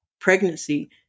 pregnancy